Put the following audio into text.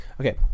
Okay